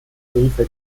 briefe